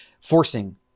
forcing